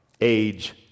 age